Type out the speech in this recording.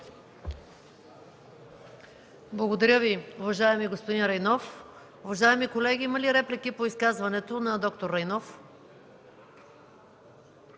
Благодаря Ви, уважаеми господин Райнов. Уважаеми колеги, има ли реплики по изказването на д-р Райнов?